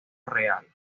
real